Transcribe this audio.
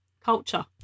culture